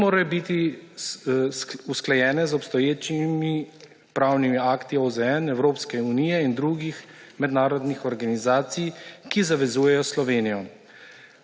ki morajo biti usklajeni z obstoječimi pravnimi akti OZN, Evropske unije in drugih mednarodnih organizacij, ki zavezujejo Slovenijo.